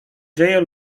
dzieje